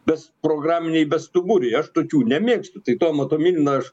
bes programiniai bestuburiai aš tokių nemėgstu tai tomą tomiliną aš